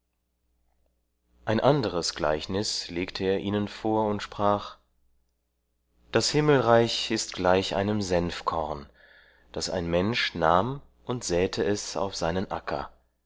ein anderes gleichnis legte er ihnen vor und sprach das himmelreich ist gleich einem senfkorn das ein mensch nahm und säte es auf seinen acker